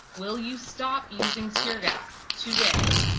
will you stop using tear gas, today?